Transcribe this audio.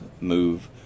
move